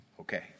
Okay